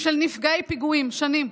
של נפגעי פיגועים, שנים.